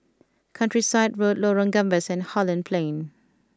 Countryside Road Lorong Gambas and Holland Plain